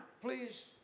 please